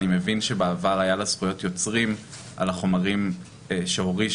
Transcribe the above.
אני מבין שבעבר היו לה זכויות יוצרים על החומרים שהוריש